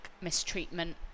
mistreatment